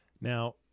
now